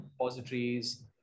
repositories